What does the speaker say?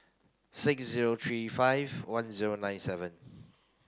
six zero three five one zero nine seven